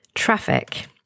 Traffic